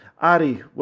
Ari